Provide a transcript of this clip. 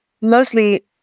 mostly